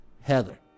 Heather